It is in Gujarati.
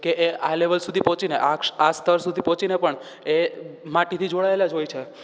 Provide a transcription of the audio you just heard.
કે એ આ લેવલ સુધી પહોંચીને આ આ સ્તર સુધી પહોંચીને પણ એ માટીથી જોડાએલા જ હોય છે